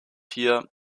hier